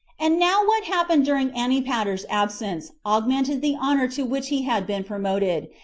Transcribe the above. and now what happened during antipater's absence augmented the honor to which he had been promoted,